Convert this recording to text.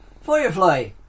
Firefly